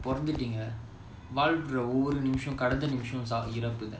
பொறந்துடீங்க வாழ்ற ஒவ்வொரு கடந்த நிமிஷமும் மரணம்தா:poranthuteenga vaalra ovvoru kadantha nimishamum maranamthaa